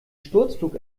sturzflug